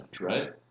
right